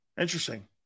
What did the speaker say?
Interesting